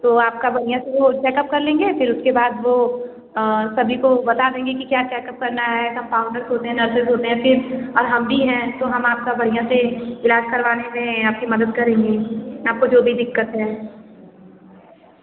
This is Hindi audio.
तो आपका बढ़िया से चेक अप कर लेंगे फिर उसके बाद वह सभी को बता देंगे कि क्या चेक अप करना है कम्पाउण्डर होते हैं नर्सेज होते हैं फिर और हम भी है तो हम आपका बढ़िया से इलाज करवाने में आपकी मदद करेंगे आपको जो भी दिक्कत है